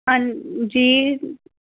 हां जी